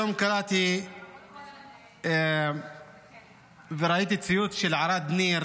היום קראתי וראיתי ציוץ של ערד ניר,